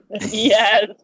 yes